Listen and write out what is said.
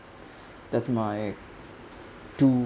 that's my two